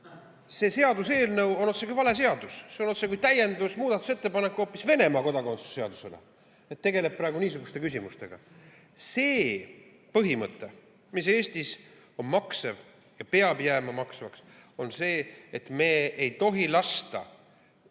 see seaduseelnõu on otsekui vale seaduseelnõu. See on otsekui täiendus, muudatusettepanek hoopis Venemaa kodakondsuse seaduse muutmiseks, kuna see tegeleb praegu niisuguste küsimustega. Põhimõte, mis Eestis on maksev ja peab jääma maksvaks, on see, et me ei tohi lasta